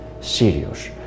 serious